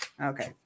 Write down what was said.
Okay